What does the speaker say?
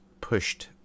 pushed